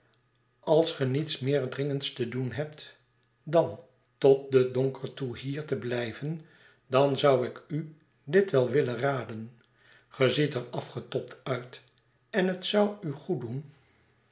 als ge niets meer dringends te doen hebt dan tot den donker toe hier te blijven dan zou ik u dit wel willen raden ge ziet er afgetobd uit en het zou u goeddoen